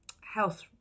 health